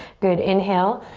good, inhale.